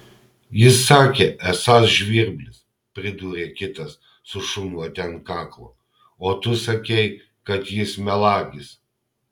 jis sakė esąs žvirblis pridūrė kitas su šunvote ant kaklo o tu sakei kad jis melagis